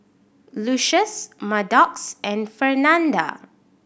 Lucious Maddox and Fernanda